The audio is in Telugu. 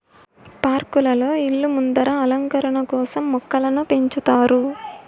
పార్కులలో, ఇళ్ళ ముందర అలంకరణ కోసం మొక్కలను పెంచుతారు